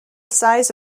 size